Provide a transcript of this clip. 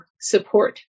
support